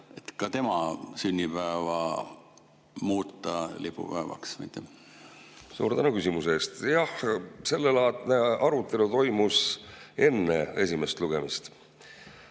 kelle sünnipäev ka muuta lipupäevaks. Suur tänu küsimuse eest! Jah, sellelaadne arutelu toimus enne esimest lugemist.